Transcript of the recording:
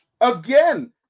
again